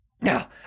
Now